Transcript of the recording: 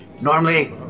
Normally